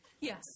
Yes